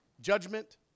judgment